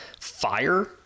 fire